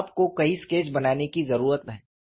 तो आपको कई स्केच बनाने की जरूरत है